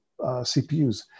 CPUs